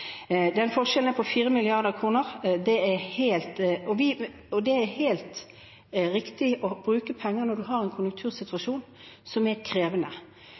Forskjellen er på 4 mrd. kr. Det er helt riktig å bruke penger når man har en konjunktursituasjon som er krevende.